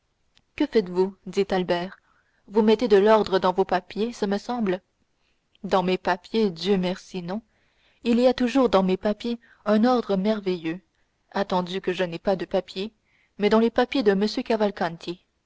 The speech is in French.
que faites-vous dit albert vous mettez de l'ordre dans vos papiers ce me semble dans mes papiers dieu merci non il y a toujours dans mes papiers un ordre merveilleux attendu que je n'ai pas de papiers mais dans les papiers de m